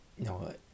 No